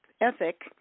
ethic